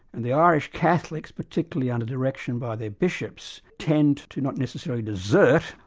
and the irish catholics, particularly under direction by their bishops, tend to not necessarily desert,